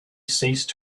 ceased